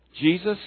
Jesus